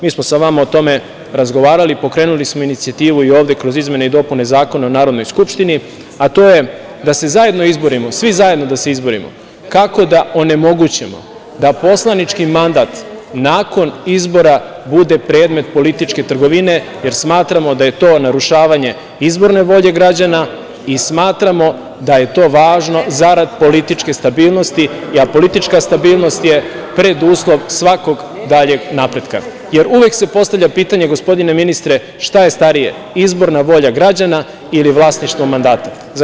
Mi smo sa vama o tome razgovarali, pokrenuli smo inicijativu i ovde kroz izmene i dopune Zakona o Narodnoj skupštini, a to je da se zajedno izborimo, svi zajedno da se izborimo, kako da onemogućimo da poslanički mandat nakon izbora bude predmet političke trgovine, jer smatramo da je to narušavanje izborne volje građana i smatramo da je to važno zarad političke stabilnosti, a politička stabilnost je preduslov svakog daljeg napretka, jer uvek se postavlja pitanje, gospodine ministre, šta je starije – izborna volja građana ili vlasništvo mandata?